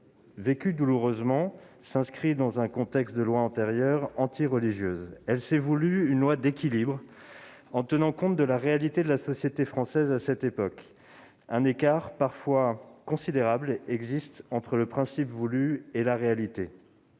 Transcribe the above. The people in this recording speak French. vécue douloureusement, s'inscrit dans un contexte de lois antérieures antireligieuses. Elle a été voulue comme une loi d'équilibre, tenant compte de la réalité de la société française à cette époque. Un écart, parfois considérable, existe entre le principe recherché et la réalité.